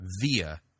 via